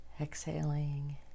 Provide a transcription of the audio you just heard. exhaling